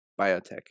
biotech